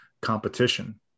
competition